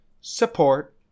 support